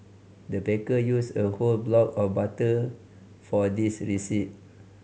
the baker used a whole block of butter for this recipe